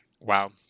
Wow